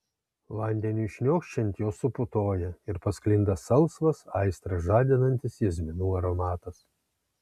vandeniui šniokščiant jos suputoja ir pasklinda salsvas aistrą žadinantis jazminų aromatas